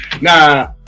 nah